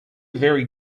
very